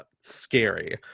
scary